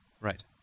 Right